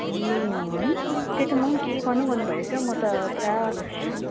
ए हो है त्यही त म पनि के गर्नु गर्नु भइरहेछ हौ म त पुरा